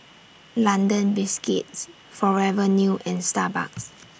London Biscuits Forever New and Starbucks